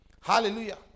Hallelujah